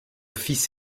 fils